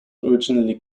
originally